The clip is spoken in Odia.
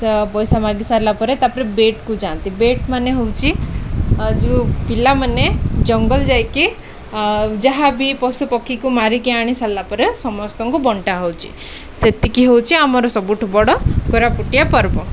ପଇସା ମାଗି ସାରିଲା ପରେ ତା'ପରେ ବେଟକୁ ଯାଆନ୍ତି ବେଟ୍ ମାନେ ହଉଛି ଯେଉଁ ପିଲାମାନେ ଜଙ୍ଗଲ ଯାଇକି ଯାହା ବିି ପଶୁପକ୍ଷୀକୁ ମାରିକି ଆଣିସାରିଲା ପରେ ସମସ୍ତଙ୍କୁ ବଣ୍ଟା ହଉଛି ସେତିକି ହଉଛି ଆମର ସବୁଠୁ ବଡ଼ କୋରାପୁଟିଆ ପର୍ବ